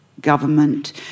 government